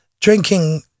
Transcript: drinking